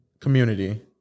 Community